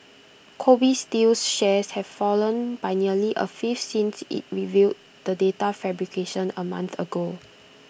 Kobe steel's shares have fallen by nearly A fifth since IT revealed the data fabrication A month ago